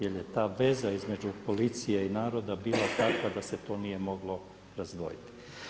Jer je ta veza između policije i naroda bila takva da se to nije moglo razdvojiti.